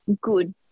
good